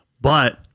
but-